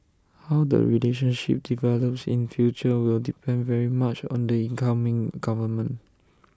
how the relationship develops in future will depend very much on the incoming government